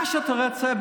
מה שאתה רוצה,